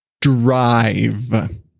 drive